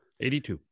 82